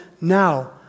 now